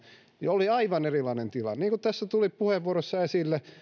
niin oli aivan erilainen tilanne niin kuin tässä tuli puheenvuoroissa esille